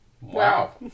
Wow